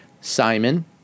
Simon